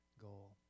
goal